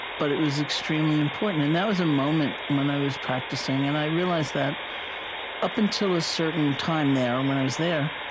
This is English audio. but it was extremely important and that was a moment when i was practicing, and i realized that up until a certain time there, and when i was there,